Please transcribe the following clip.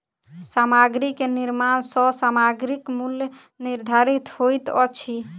सामग्री के निर्माण सॅ सामग्रीक मूल्य निर्धारित होइत अछि